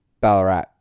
Ballarat